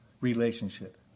relationship